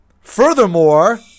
Furthermore